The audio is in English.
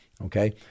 okay